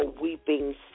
weeping